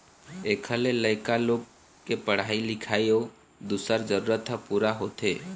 एखर ले लइका लोग के पढ़ाई लिखाई अउ दूसर जरूरत ह पूरा होथे